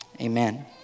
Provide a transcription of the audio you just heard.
amen